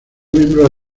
miembro